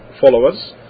followers